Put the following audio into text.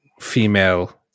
female